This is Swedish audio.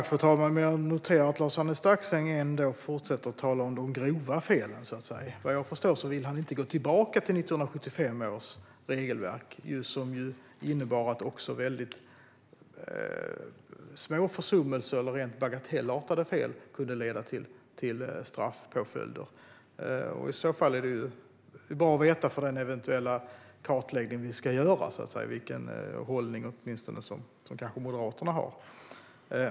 Fru talman! Jag noterar att Lars-Arne Staxäng fortsätter att tala om de grova felen. Vad jag förstår vill han inte gå tillbaka till 1975 års regelverk, som innebar att även väldigt små försummelser och rent bagatellartade fel kunde leda till straffpåföljder. Men för den eventuella kartläggning vi ska göra vore det bra att veta vilken hållning Moderaterna har.